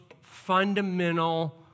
fundamental